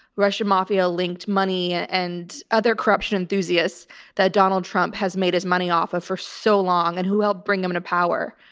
russian mafia linked money. and other corruption enthusiasts that donald trump has made his money off of for so long and who helped bring him into power.